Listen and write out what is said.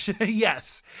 Yes